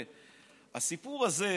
כל פעם